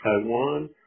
Taiwan